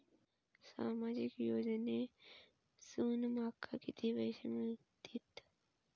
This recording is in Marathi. सामाजिक योजनेसून माका किती पैशे मिळतीत?